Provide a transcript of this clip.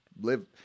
Live